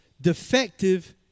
defective